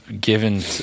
given